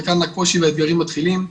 וכאן הקושי והאתגרים מתחילים.